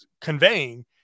conveying